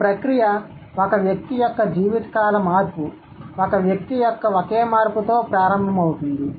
ఈ ప్రక్రియ ఒక వ్యక్తి యొక్క జీవితకాల మార్పుఒక వ్యక్తి యొక్క ఒకే మార్పుతో ప్రారంభమవుతుంది